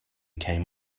came